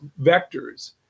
vectors